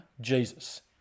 Jesus